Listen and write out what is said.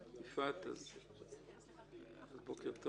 אני מתכבד לפתוח את ישיבת ועדת החוקה, חוק ומשפט.